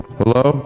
hello